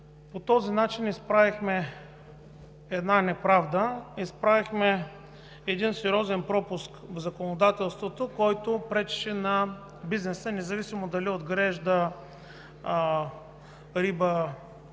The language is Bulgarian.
по този начин изправихме една неправда, изправихме един сериозен пропуск в законодателството, който пречеше на бизнеса независимо дали отглежда риба